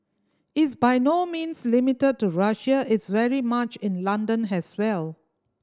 it's by no means limited to Russia it's very much in London has well